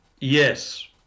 Yes